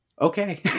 Okay